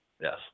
Yes